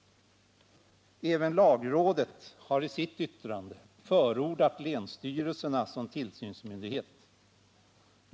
Även lagrådet har i sitt yttrande förordat länsstyrelserna som tillsynsmyndighet.